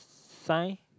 sign